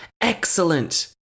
excellent